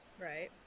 Right